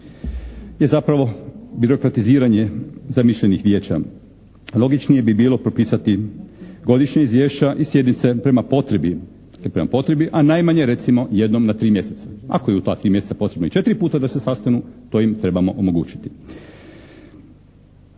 je zapravo birokratiziranje zamišljenih vijeća. Logičnije bi bilo propisati godišnja izvješća i sjednice prema potrebi, dakle prema potrebi a najmanje recimo jednom na tri mjeseca. Ako je u ta tri mjeseca potrebno i četiri puta da se sastanu to im trebamo omogućiti.